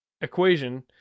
equation